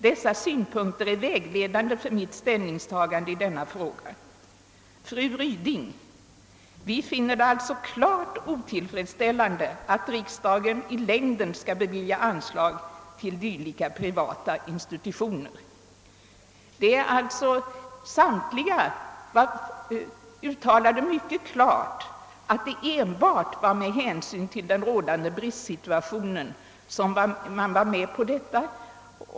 Dessa synpunkter är vägledande för mitt ställningstagande i denna fråga.» Slutligen yttrade fru Ryding: »Vi finner det alltså klart otillfredsställande att riksdagen i längden skall bevilja anslag till dylika privata institutioner.» Samtliga talare framhöll alltså mycket klart att det enbart var med hänsyn till den rådande bristsituationen som man var med på saken.